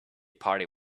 party